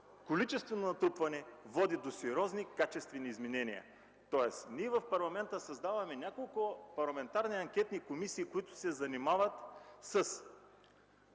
количествено натрупване води до сериозни качествени изменения. Ние в парламента създаваме няколко парламентарни анкетни комисии, които се занимават с